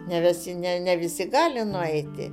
ne visi ne ne visi gali nueiti